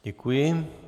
Děkuji.